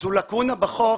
זו לקונה בחוק,